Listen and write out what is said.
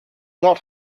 not